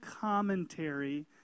commentary